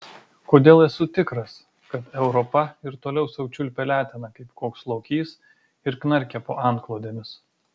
kodėl esu tikras kad europa ir toliau sau čiulpia leteną kaip koks lokys ir knarkia po antklodėmis